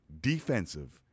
defensive